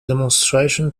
demonstration